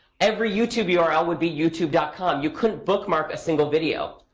every youtube yeah url would be youtube com. you couldn't bookmark a single video.